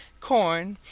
corn,